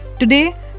Today